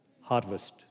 harvest